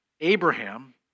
Abraham